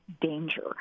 danger